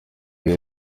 iyo